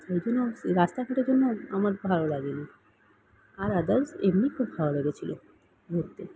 এই জন্য স রাস্তাঘাটের জন্য আমার ভালো লাগেনি আর আদার্স এমনি খুব ভালো লেগেছিল ঘুরতে